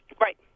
Right